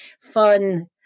fun